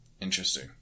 Interesting